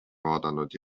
vaadanud